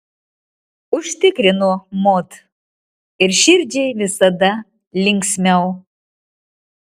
užtikrino mod ir širdžiai visada linksmiau